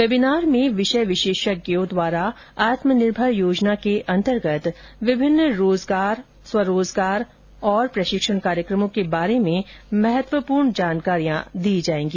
webinar में विषय विशेषज्ञों द्वारा आत्मनिर्भर योजना के अंतर्गत विभिन्न रोजगार स्वरोजगार और प्रशिक्षण कार्यक्रमों के बारे में महत्वपूर्ण जानकारियां दी जाएगी